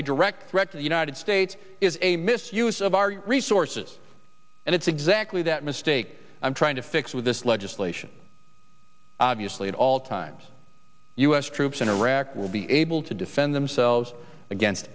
a direct threat to the united states is a misuse of our resources and it's exactly that mistake i'm trying to fix with this legislation obviously at all times u s troops in iraq will be able to defend themselves against